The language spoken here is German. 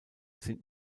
sind